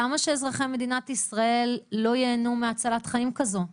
למה שאזרחי מדינת ישראל לא ייהנו מהצלת חיים כזו?